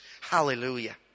Hallelujah